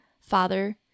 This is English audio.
father